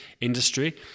industry